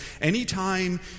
Anytime